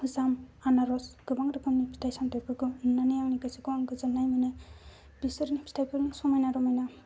जाम आनारस गोबां गोबां फिथाय सामथाय नुनानै आंनि गोसोखौ आं गोजोननाय मोनो बिसोर फिथायफोरनि समायना रमायना